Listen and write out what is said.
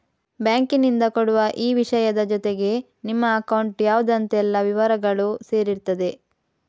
ಬ್ಯಾಂಕಿನಿಂದ ಕೊಡುವ ಈ ವಿಷಯದ ಜೊತೆಗೆ ನಿಮ್ಮ ಅಕೌಂಟ್ ಯಾವ್ದು ಅಂತೆಲ್ಲ ವಿವರಗಳೂ ಸೇರಿರ್ತದೆ